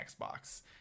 xbox